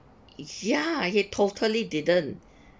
ya he totally didn't